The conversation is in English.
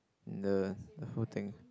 the the whole thing